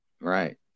right